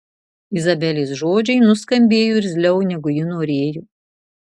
izabelės žodžiai nuskambėjo irzliau negu ji norėjo